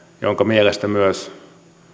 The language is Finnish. jonka mielestä myös